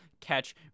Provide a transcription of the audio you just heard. catch